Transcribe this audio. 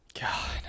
God